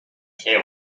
care